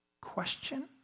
question